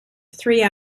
three